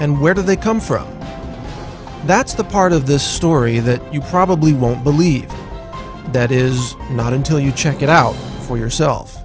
and where do they come from that's the part of the story that you probably won't believe that is not until you check it out for yourself